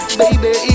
baby